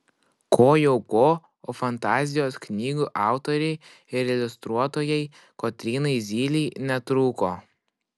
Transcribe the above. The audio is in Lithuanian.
ko jau ko o fantazijos knygų autorei ir iliustruotojai kotrynai zylei netrūko